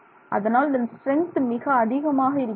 அதனால் இதன் ஸ்ட்ரெங்க்த் மிக அதிகமாக இருக்கிறது